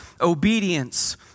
obedience